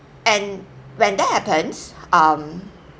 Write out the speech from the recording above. and when that happens um